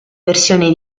versioni